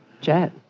jet